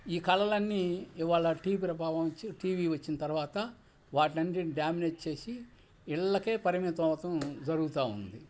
ఈ కళలన్నీ ఈవేళ టీవీ ప్రభావం వచ్చి టీవీ వచ్చిన తరువాత వాటినన్నిటినీ డ్యామినేట్ చేసి ఇళ్ళకే పరిమితం అవ్వడం జరుగుతూ ఉంది